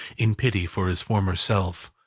in pity for his former self,